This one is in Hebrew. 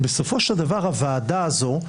בסופו של דבר הוועדה הזאת,